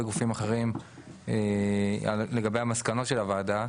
גופים אחרים לגבי המסקנות של הוועדה,